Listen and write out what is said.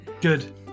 Good